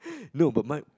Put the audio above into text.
no but my